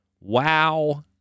Wow